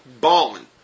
balling